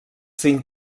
cinc